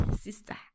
sister